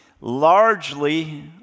largely